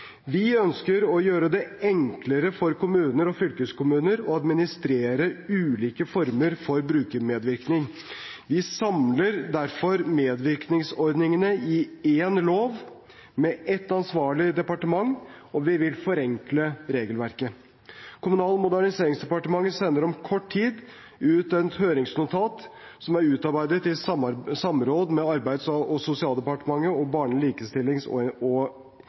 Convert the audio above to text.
Vi ønsker å gjøre det enklere for kommuner og fylkeskommuner å administrere ulike former for brukermedvirkning. Vi samler derfor medvirkningsordningene i én lov, med ett ansvarlig departement, og vi vil forenkle regelverket. Kommunal- og moderniseringsdepartementet sender om kort tid ut et høringsnotat, som er utarbeidet i samråd med Arbeids- og sosialdepartementet og Barne-, likestillings- og